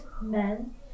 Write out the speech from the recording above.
men